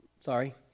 sorry